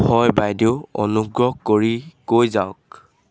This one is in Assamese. হয় বাইদেউ অনুগ্ৰহ কৰি কৈ যাওক